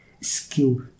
Skill